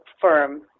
firm